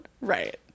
right